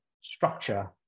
structure